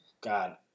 God